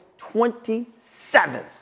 27th